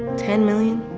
ten million.